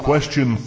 Question